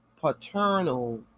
paternal